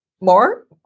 more